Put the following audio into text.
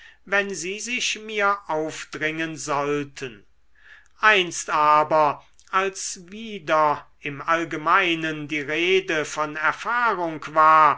wenn sie sich mir aufdringen sollten einst aber als wieder im allgemeinen die rede von erfahrung war